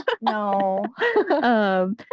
no